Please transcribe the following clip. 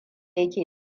yake